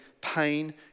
pain